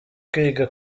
kwiga